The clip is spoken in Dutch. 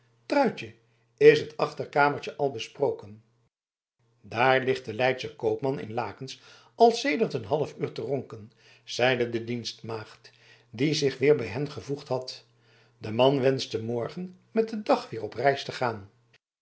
truitje is het achterkamertje al besproken daar ligt de leidsche koopman in lakens al sedert een half uur te ronken zeide de dienstmaagd die zich weer bij hen gevoegd had de man wenschte morgen met den dag weer op reis te gaan